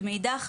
מאידך,